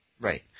Right